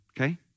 Okay